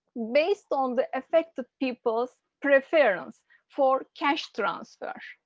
based on the effect of people's preference for cash transfer,